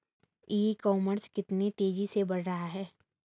ई commerce कितनी तेजी से बढ़ रहा है?